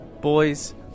Boys